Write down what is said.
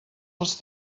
els